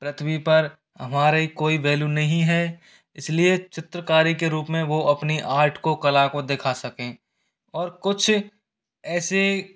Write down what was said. पृथ्वी पर हमारे कोई वैल्यू नहीं है इसलिए चित्रकारी के रूप में वो अपनी आर्ट को कला को दिखा सकें और कुछ ऐसे